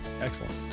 Excellent